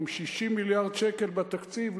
עם 60 מיליארד שקל בתקציב,